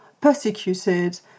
persecuted